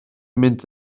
mynd